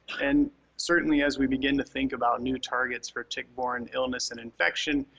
and certainly as we begin to think about new targets for tick-borne illness and infection,